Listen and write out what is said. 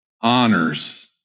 honors